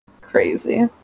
crazy